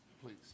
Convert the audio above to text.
Please